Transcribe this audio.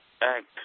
act